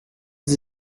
sie